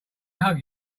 hug